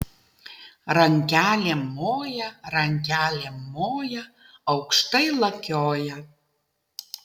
rankelėm moja rankelėm moja aukštai lakioja